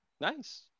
Nice